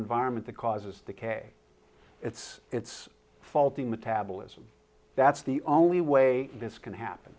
environment that causes the case it's it's faulty metabolism that's the only way this can happen